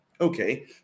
Okay